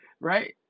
Right